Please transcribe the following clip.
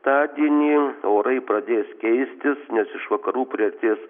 tadienį orai pradės keistis nes iš vakarų priartės